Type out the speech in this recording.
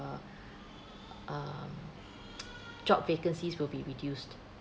um job vacancies will be reduced